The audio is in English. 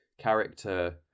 character